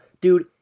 Dude